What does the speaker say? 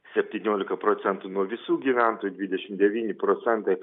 septyniolika procentų nuo visų gyventojų dvidešimt devyni procentai